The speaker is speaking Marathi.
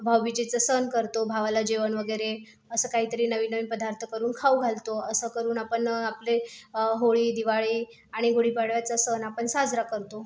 भाऊबीजेचं सण करतो भावाला जेवण वगेरे असं काहीतरी नवीन नवीन पदार्थ करून खाऊ घालतो असं करून आपण आपले होळी दिवाळी आणि गुढीपाडव्याचा सण आपण साजरा करतो